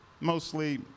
Mostly